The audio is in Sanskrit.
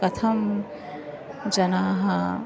कथं जनाः